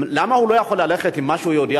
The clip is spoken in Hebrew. למה הוא לא יכול ללכת עם מה שהוא יודע,